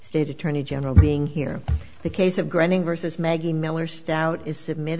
state attorney general being here the case of granting vs maggie miller stout submit